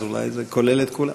אז אולי זה כולל את כולם.